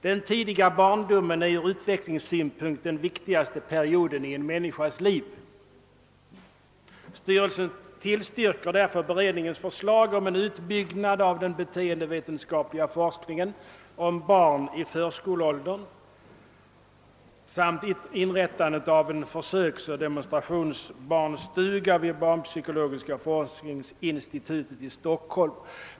Den tidiga barndomen är ur utvecklingssynpunkt den viktigaste perioden i en människas liv.> Styrelsen tillstyrker därför förslaget om en utbyggnad av den beteendevetenskapliga forskningen om barn i förskoleåldern samt inrättandet av en försöksoch demonstrationsbarnstuga vid = forskningsinstitutet i Stockholm.